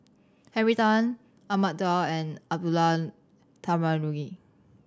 Henry Tan Ahmad Daud and Abdullah Tarmugi